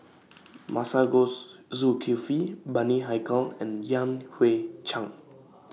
Masagos Zulkifli Bani Haykal and Yan Hui Chang